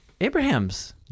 Abraham's